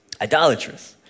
Idolatrous